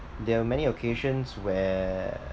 there are many occasions where